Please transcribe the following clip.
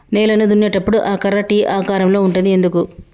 నేలను దున్నేటప్పుడు ఆ కర్ర టీ ఆకారం లో ఉంటది ఎందుకు?